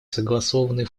согласованные